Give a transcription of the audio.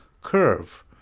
curve